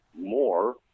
more